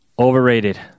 Overrated